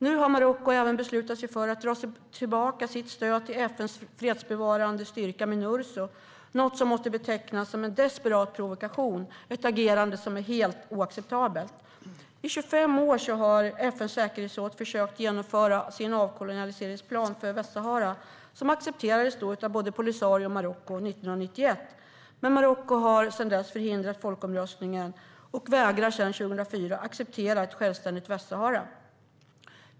Nu har Marocko även beslutat sig för att dra tillbaka sitt stöd till FN:s fredsbevarande styrka Minurso, något som måste betecknas som en desperat provokation. Det är ett agerande som är helt oacceptabelt. I 25 år har FN:s säkerhetsråd försökt genomföra sin avkoloniseringsplan för Västsahara, som accepterades av både Polisario och Marocko 1991. Men Marocko har sedan dess förhindrat folkomröstningen och vägrar sedan 2004 att acceptera ett självständigt Västsahara.